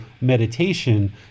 meditation